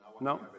No